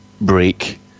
break